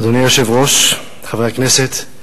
אדוני היושב-ראש, חברי הכנסת,